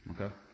Okay